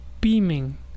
beaming